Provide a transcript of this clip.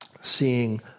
seeing